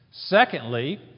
Secondly